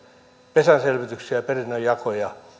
pesänselvityksiä ja perinnönjakoja